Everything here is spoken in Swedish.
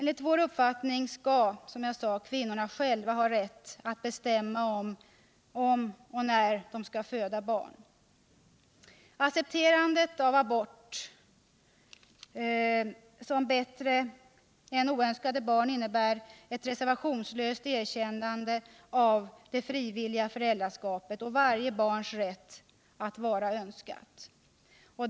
Enligt vår uppfattning skall, som jag sade, kvinnorna själva ha rätt att bestämma, om och när de skall föda barn. Accepterandet av abort som bättre än oönskade barn innebär ett reservationslöst erkännande av det frivilliga föräldraskapet och varje barns rätt att vara önskat.